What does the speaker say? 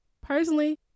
Personally